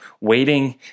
waiting